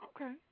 Okay